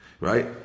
Right